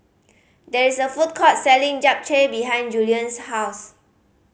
there is a food court selling Japchae behind Julien's house